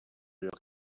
your